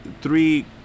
three